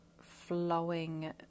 flowing